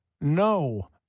No